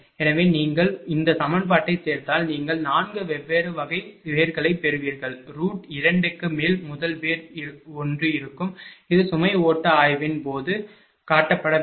எனவே நீங்கள் இந்த சமன்பாட்டைத் தீர்த்தால் நீங்கள் 4 வெவ்வேறு வகை வேர்களைப் பெறுவீர்கள் ரூட் 2 க்கு மேல் முதல் வேர் 1 ஆகும் இது சுமை ஓட்ட ஆய்வின் போது காட்டப்படவில்லை